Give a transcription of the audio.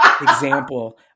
example